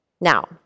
Now